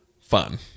fun